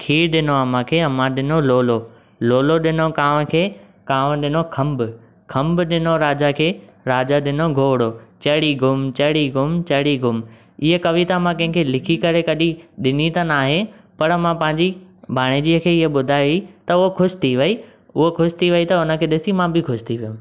खीर ॾिनो अम्मा खें अम्मा ॾिनो लोलो लोलो ॾिनो कांउ खे कांउ ॾिनो खम्ब खम्ब ॾिनो राजा खे राजा ॾिनो घोड़ो चड़ी घुम चड़ी घुम चड़ी घुम हीअ कविता मां कंहिं खे लिखी करे कॾहिं ॾिनी त ना आहे पर मां पंहिंजी भाणेजीअ खे हीअ ॿुधाई त हू ख़ुशि थी वेई हूअ ख़ुशि थी वेई त हुन खे ॾिसी मां बि ख़ुशि थी वियुमि